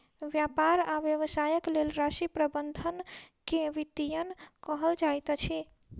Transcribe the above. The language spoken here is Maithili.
व्यापार आ व्यवसायक लेल राशि प्रबंधन के वित्तीयन कहल जाइत अछि